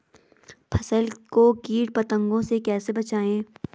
फसल को कीट पतंगों से कैसे बचाएं?